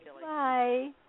Bye